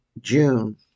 June